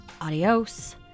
adios